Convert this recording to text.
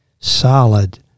solid